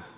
på en